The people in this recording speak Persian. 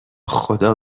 خدا